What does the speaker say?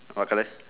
what colour